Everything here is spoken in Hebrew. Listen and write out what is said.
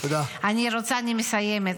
אני מסיימת,